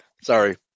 sorry